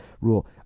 rule